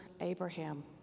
Abraham